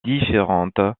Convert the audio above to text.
différentes